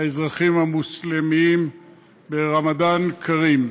האזרחים המוסלמים ברמדאן כארים.